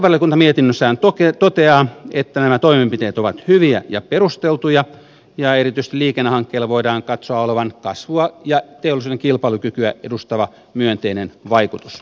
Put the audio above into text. valtiovarainvaliokunta mietinnössään toteaa että nämä toimenpiteet ovat hyviä ja perusteltuja ja erityisesti liikennehankkeilla voidaan katsoa olevan kasvua ja teollisuuden kilpailukykyä edistävä myönteinen vaikutus